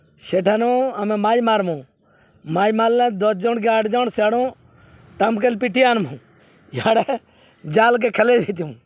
ସେଠାନୁ ଆମେ ମାଛ୍ ମାର୍ମୁ ମାଛ୍ ମାର୍ଲେ ଦଶ୍ ଜଣ୍ କି ଆଠ୍ ଜଣ୍ ସେଆଡ଼ୁ ଟାମ୍କେଲ୍ ପିଟି ଆନ୍ମୁ ଇଆଡ଼େ ଜାଲ୍କେ ଖେଲେଇ ଦେଇଥିମୁ